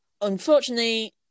Unfortunately